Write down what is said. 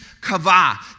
kava